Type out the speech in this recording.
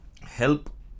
help